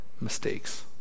mistakes